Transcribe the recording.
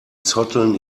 zotteln